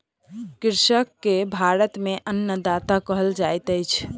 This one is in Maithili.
कृषक के भारत में अन्नदाता कहल जाइत अछि